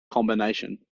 combination